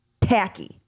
tacky